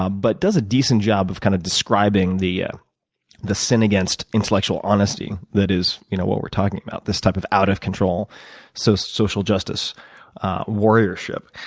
um but it does a decent job of kind of describing the yeah the sin against intellectual honesty that is you know what we're talking about, this type of out of control so social justice warriorship.